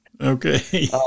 Okay